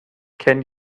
can